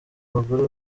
abagore